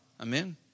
Amen